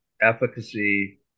efficacy